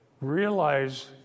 realize